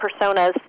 personas